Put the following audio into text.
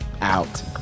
Out